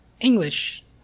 English